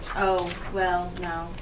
oh, well, no.